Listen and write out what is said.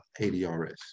ADRS